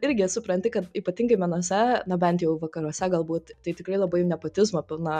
irgi supranti kad ypatingai menuose na bent jau vakaruose galbūt tai tikrai labai nepotizmo pilna